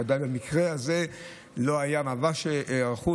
ובמקרה הזה לא הייתה ממש היערכות,